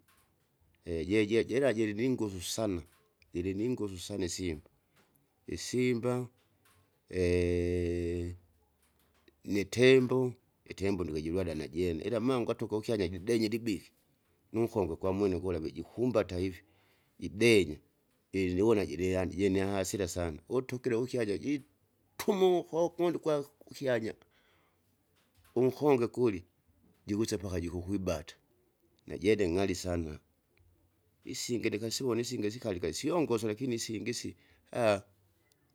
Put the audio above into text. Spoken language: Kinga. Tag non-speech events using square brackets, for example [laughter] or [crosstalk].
[hesitation] jejejira jiriningusu sana, jiliningusu sana isimba, Isimba [hesitation] nitembo, itembo ndukujidwada najene ila amango atukukyaja jidenyire ibigi, nuvukongwe kwamwene kura vijikumbana ivi, jidenya, ili nuvona jiri yaani jini hasira sana. Utukire ukyaja ji- tumu ukokundi kwe kukyana, unkonge kuli, jukwese mpaka jikukwibata, najene ng'ali sana, isinge ndikasivona isinge sikalika syongoso lakini isingi isi. [hesitation]